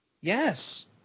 Yes